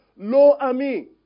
Lo-Ami